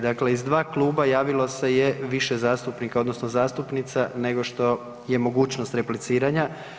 Dakle, iz dva kluba javilo se je više zastupnika odnosno zastupnica nego što je mogućnost repliciranja.